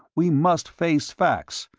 we must face facts.